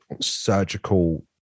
surgical